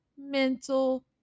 mental